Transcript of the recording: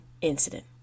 incident